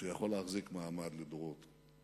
שיכול להחזיק מעמד לדורות.